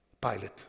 pilot